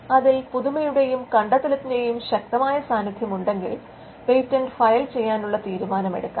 അതിൽ പുതുമയുടെയും കണ്ടെത്തലിന്റെയും ശക്തമായ സാന്നിധ്യമുണ്ടെങ്കിൽ പേറ്റന്റ് ഫയൽ ചെയ്യാനുള്ള തീരുമാനം എടുക്കാം